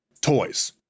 toys